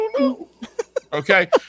okay